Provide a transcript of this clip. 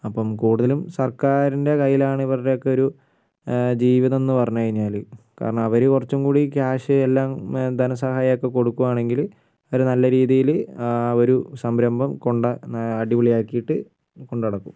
അപ്പം കൂടുതലും സർക്കാരിന്റെ കൈയിലാണ് ഇവരുടെയൊക്കെ ഒരു ജീവിതം എന്ന് പറഞ്ഞുകഴിഞ്ഞാൽ കാരണം അവർ കുറച്ചുംകൂടി ക്യാഷ് എല്ലാം ധനസഹായം ഒക്കെ കൊടുക്കുവാണെങ്കിൽ അവർ നല്ല രീതിയിൽ ആ ഒരു സംരഭം കൊണ്ട അടിപൊളിയാക്കിയിട്ട് കൊണ്ട് നടക്കും